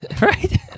Right